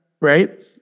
right